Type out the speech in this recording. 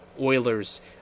Oilers